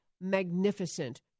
magnificent